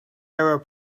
error